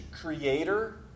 creator